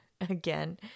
Again